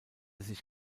sich